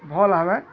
ଭଲ୍ ହାବେ